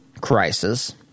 crisis